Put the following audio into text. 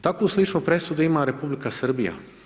Takvu sličnu presudu ima Republika Srbija.